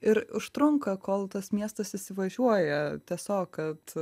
ir užtrunka kol tas miestas įsivažiuoja tiesiog kad